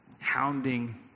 hounding